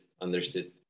Understood